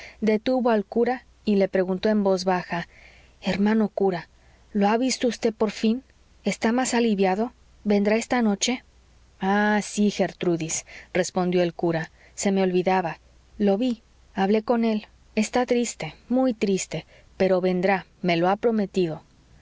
detuvo al cura y le preguntó en voz baja hermano cura lo ha visto vd por fin está más aliviado vendrá esta noche ah sí gertrudis respondió el cura se me olvidaba lo ví hablé con él está triste muy triste pero vendrá me lo ha prometido